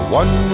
one